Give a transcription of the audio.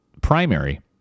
primary